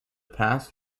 past